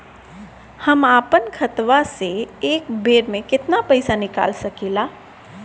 हम आपन खतवा से एक बेर मे केतना पईसा निकाल सकिला?